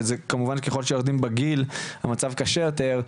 וכמובן שככל שיורדים בגיל המצב קשה יותר.